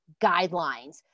guidelines